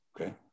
Okay